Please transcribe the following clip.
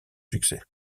succès